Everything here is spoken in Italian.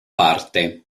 parte